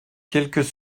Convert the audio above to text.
quelques